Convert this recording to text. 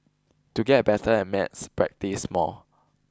to get better at maths practice more